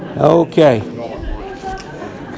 Okay